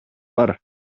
бар